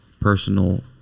personal